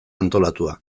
antolatua